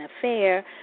affair